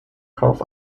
kauf